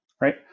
right